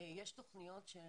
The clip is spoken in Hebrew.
יש תוכניות של